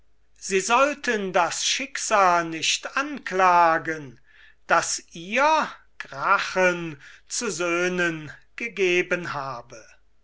sie sollten das schicksal nicht anklagen das ihr gracchen zu söhnen gegeben habe